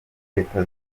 reta